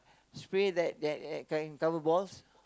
spray that that that can cover balls